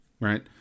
right